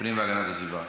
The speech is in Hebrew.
הפנים והגנת הסביבה.